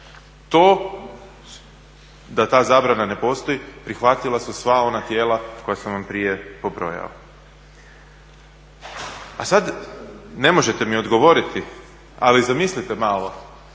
To da ta zabrana ne postoji prihvatila su sva ona tijela koja sam vam prije pobrojao. A sad ne možete mi odgovoriti, ali zamislite malo